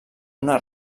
una